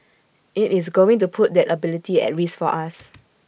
IT is going to put that ability at risk for us